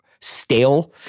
stale